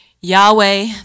Yahweh